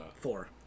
Four